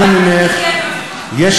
אנא ממך, אינני משסעת אותך, אני רק מתקנת אותך.